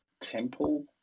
temple